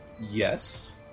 Yes